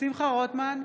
שמחה רוטמן,